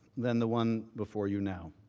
than the one before you now.